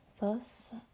Thus